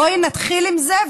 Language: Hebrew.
בואי נתחיל עם זה,